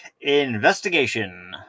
Investigation